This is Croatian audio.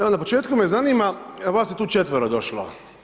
Evo, na početku me zanima, vas je tu četvoro došlo.